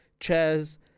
chairs